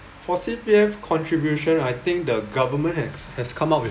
for C_P_F contribution I think the government has has come up with